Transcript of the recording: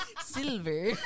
Silver